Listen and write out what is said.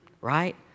right